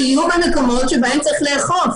שיהיו במקומות שבהם צריך לאכוף,